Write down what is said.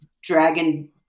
dragon